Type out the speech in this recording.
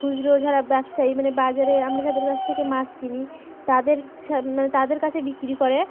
খুচরো যারা ব্যবসায়ী মানে বাজারে আমরা যাদের কাছ থেকে মাছক কিনি তাদের মানে তাদের কাছে বিক্রি করে